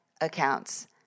accounts